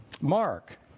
Mark